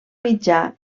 mitjà